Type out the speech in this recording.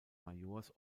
majors